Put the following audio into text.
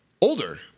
older